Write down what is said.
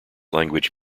language